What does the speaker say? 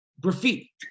graffiti